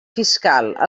fiscal